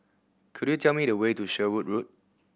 could you tell me the way to Sherwood Road